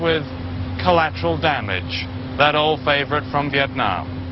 with collateral damage that old favorite from vietnam